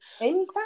Anytime